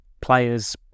players